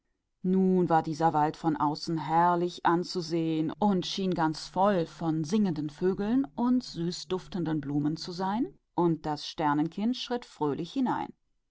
hatte und der wald war von außen schön anzusehen und schien voll von singenden vögeln und süß duftenden blumen zu sein und das sternenkind ging froh hinein